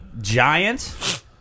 Giant